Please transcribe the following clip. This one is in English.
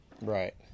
Right